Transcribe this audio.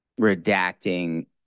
redacting